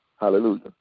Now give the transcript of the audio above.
Hallelujah